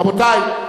רבותי,